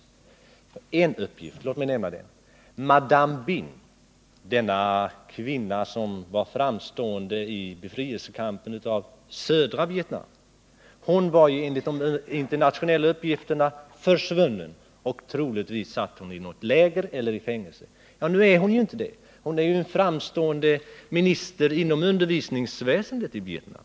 Enligt en sådan uppgift — låt mig nämna det — skulle madame Binh, som spelade en framstående roll i kampen för befrielse av södra Vietnam, vara försvunnen — troligtvis satt hon i något läger eller i fängelse. Men så var det ju inte. Hon är alltjämt en framstående person, minister inom undervisningsväsendet i Vietnam.